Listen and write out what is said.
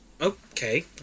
Okay